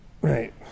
Right